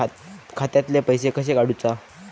खात्यातले पैसे कशे काडूचा?